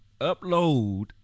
upload